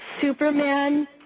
Superman